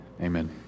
Amen